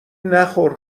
نخور